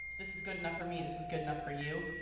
this is good enough for me, this is good enough for you.